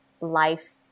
life